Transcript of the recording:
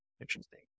Interesting